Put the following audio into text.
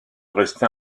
rester